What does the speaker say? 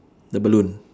the balloon